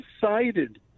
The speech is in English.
decided